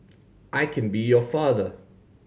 I can be your father